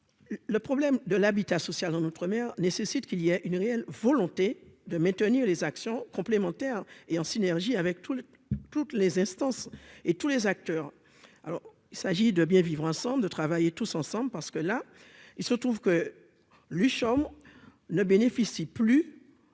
le problème de l'habitat social en outre-mer nécessite qu'il y a une réelle volonté de maintenir les actions complémentaires et en synergie avec tous les toutes les instances et tous les acteurs, alors il s'agit de bien vivre ensemble, de travailler tous ensemble parce que là, il se trouve que Lucho ne bénéficient plus